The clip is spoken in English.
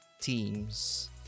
teams